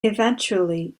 eventually